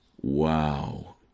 Wow